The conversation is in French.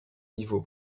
niveau